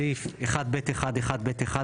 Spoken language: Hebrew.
סעיף 1(ב1)(1)(ב)(1),